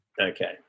Okay